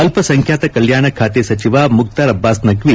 ಅಲ್ಪ ಸಂಖ್ಯಾತ ಕಲ್ಕಾಣ ಖಾತೆ ಸಚಿವ ಮುಖ್ತಾರ್ ಅಬ್ಬಾಸ್ ನಖ್ವಿ